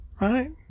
Right